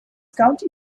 county